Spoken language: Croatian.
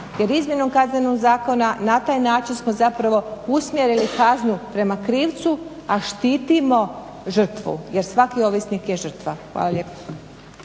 jer izmjenom Kaznenog zakona na taj način smo zapravo usmjerili kaznu prema krivcu a štitimo žrtvu jer svaki ovisnik je žrtva. Hvala lijepa.